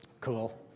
Cool